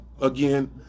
again